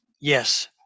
yes